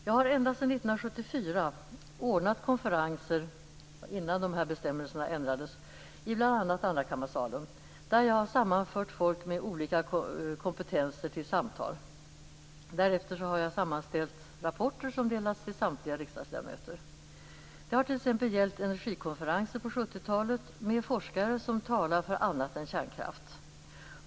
Jag har ända sedan 1974, innan de här bestämmelserna ändrades, ordnat konferenser i bl.a. andrakammarsalen, där jag har sammanfört folk med olika kompetenser till samtal. Därefter har jag sammanställt rapporter som delats till samtliga riksdagsledamöter. Det har t.ex. gällt energikonferenser på 70-talet med forskare som talar för annat än kärnkraft.